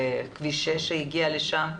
וכביש 6 שהגיע לשם,